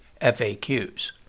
FAQs